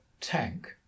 tank